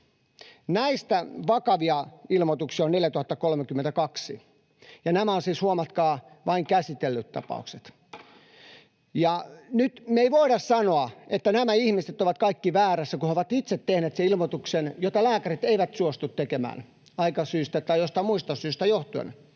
Näistä vakavia ilmoituksia on 4 032, ja nämä ovat siis, huomatkaa, vain käsitellyt tapaukset. Nyt me ei voida sanoa, että nämä ihmiset ovat kaikki väärässä, kun he ovat itse tehneet sen ilmoituksen, jota lääkärit eivät suostu tekemään aikasyistä tai joistain muista syistä johtuen.